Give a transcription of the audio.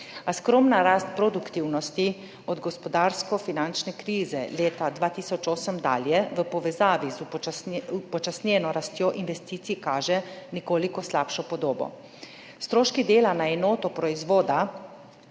A skromna rast produktivnosti od gospodarsko-finančne krize leta 2008 dalje v povezavi z upočasnjeno rastjo investicij kaže nekoliko slabšo podobo. Stroški dela na enoto proizvoda